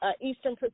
Eastern